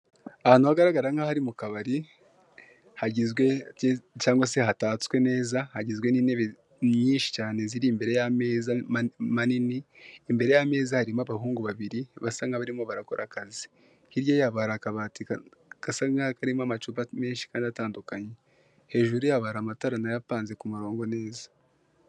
Ahantu hagaragara nkaho ari mu kabari hagizwe cyangwa se hatatswe neza, hagizwe n'intebe nyinshi cyane ziri imbere y'ameza manini, imbere y'ameza harimo abahungu babiri basa nkaho barimo barakora akazi, hirya yabo hari akabati gasa nkaho karimo amacupa menshi kandi atandukanye, hejuru yabo hari amatara nayo apanze ku murongo neza.